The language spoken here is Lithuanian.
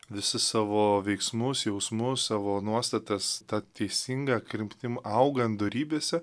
visus savo veiksmus jausmus savo nuostatas ta teisinga kryptim augant dorybėse